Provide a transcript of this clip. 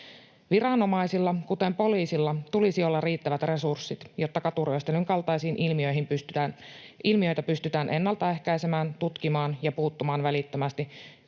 Viranomaisilla, kuten poliisilla, tulisi olla riittävät resurssit, jotta katuryöstelyn kaltaisia ilmiöitä pystytään ennaltaehkäisemään ja tutkimaan ja niihin puuttumaan välittömästi,